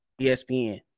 ESPN